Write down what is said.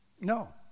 No